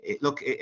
look